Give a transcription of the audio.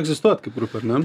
egzistuojat kaip grupė ar ne